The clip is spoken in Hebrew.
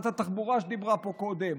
שרת התחבורה שדיברה פה קודם,